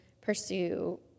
pursue